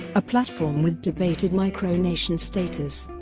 a platform with debated micro-nation status.